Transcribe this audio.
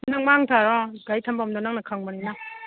ꯅꯪ ꯃꯥꯡ ꯊꯥꯔꯣ ꯑ ꯒꯥꯔꯤ ꯊꯝꯐꯝꯗꯣ ꯅꯪꯅ ꯈꯪꯕꯅꯤꯅ